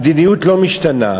המדיניות לא משתנה.